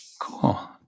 Cool